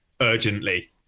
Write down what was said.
urgently